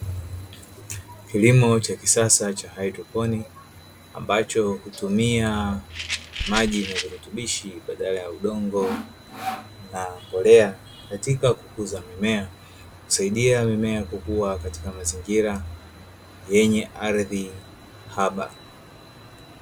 Kilimo cha kisasa cha haidroponi, ambacho hutumia maji na virutubishi badala ya udongo na mbolea katika kukuza mimea, husaidia mimea kukua katika mazingira yenye ardhi haba.